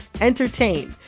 entertain